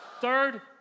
third